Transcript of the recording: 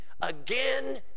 again